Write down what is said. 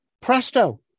Presto